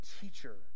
teacher